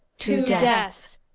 two deaths,